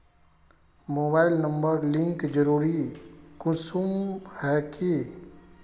Mobile number link जरुरी कुंसम है की?